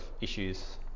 issues